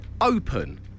open